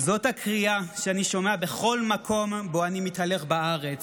זאת הקריאה שאני שומע בכל מקום שבו אני מתהלך בארץ,